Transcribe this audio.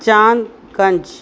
Chandganj